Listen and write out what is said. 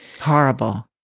Horrible